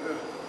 אתה יודע.